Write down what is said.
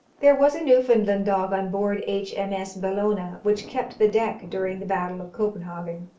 there was a newfoundland dog on board h. m. s. bellona, which kept the deck during the battle of copenhagen,